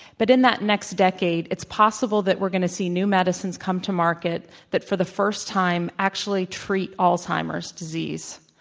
but in that next decade, it's possible that we're going to see new medicines come to market that, for the first time, actually treat alzheimer's disease.